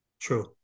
True